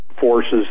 forces